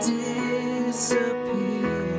disappear